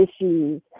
issues